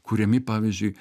kuriami pavyzdžiui